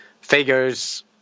figures